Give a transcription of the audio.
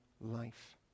life